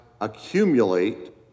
accumulate